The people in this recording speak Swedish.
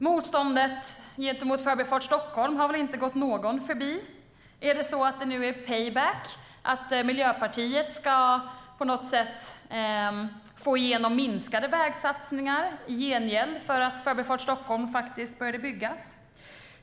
Motståndet gentemot Förbifart Stockholm har väl inte gått någon förbi. Är det så att det nu är payback, att Miljöpartiet på något sätt ska få igenom minskade vägsatsningar i gengäld för att Förbifart Stockholm började byggas?